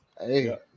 Hey